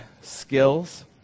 skills